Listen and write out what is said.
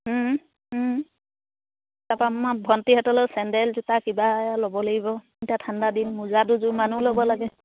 তাৰ পৰা আমাৰ ভণ্টিহঁতলেও চেণ্ডেল জোতা কিবা ল'ব লাগিব এতিয়া ঠাণ্ডা দিন মোজা দুযোৰ মানো ল'ব লাগে